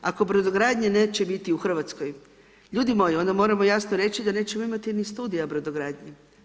Ako brodogradnje neće biti u Hrvatskoj, ljudi moji onda moramo jasno reći da nećemo imati niti studija brodogradnje.